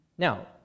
Now